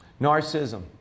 Narcissism